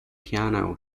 piano